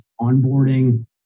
onboarding